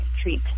treat